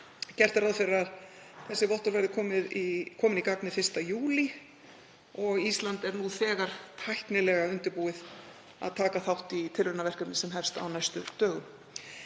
Gert er ráð fyrir að þessi vottorð verði komin í gagnið 1. júlí og Ísland er nú þegar tæknilega undirbúið að taka þátt í tilraunaverkefni sem hefst á næstu dögum.